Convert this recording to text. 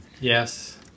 Yes